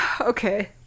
Okay